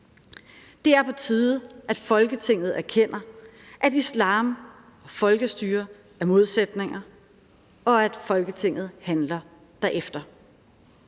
Det er på tide, at Folketinget erkender, at islam og folkestyre er modsætninger, og at Folketinget handler derefter.